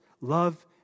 love